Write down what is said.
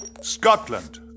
Scotland